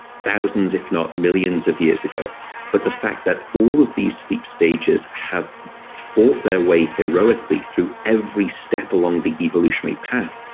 thousands if not millions of years ago but the fact that all of these sleep stages have fought their way heroically through every step along the evolution path,